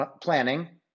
planning